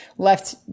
Left